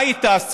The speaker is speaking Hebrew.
מה היא תעשה?